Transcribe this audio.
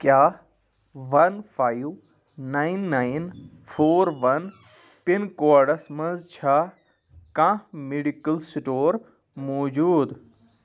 کیٛاہ one five nine nine four one pin codes مَنٛز چھا کانٛہہ میڈیکل سٹور موٗجوٗد